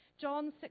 John